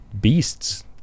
beasts